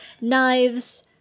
knives